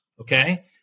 okay